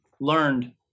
learned